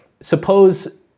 Suppose